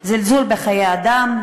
זלזול בחיי אדם,